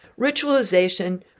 ritualization